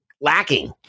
lacking